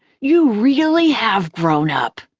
you really have grown up.